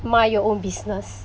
mind your own business